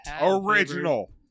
Original